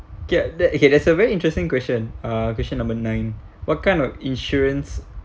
get the okay that's a very interesting question uh question number nine what kind of insurance